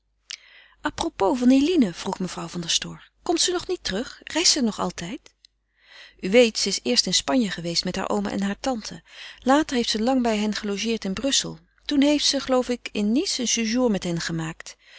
a propos van eline vroeg mevrouw van der stoor komt ze nog niet terug reist ze nog altijd u weet ze is eerst in spanje geweest met haar oom en haar tante later heeft ze lang bij hen gelogeerd in brussel toen heeft ze geloof ik in nice een séjour met hen gemaakt